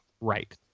Right